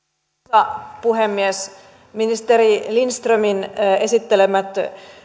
arvoisa puhemies ministeri lindströmin esittelemät